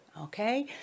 Okay